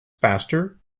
faster